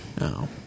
No